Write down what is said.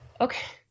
okay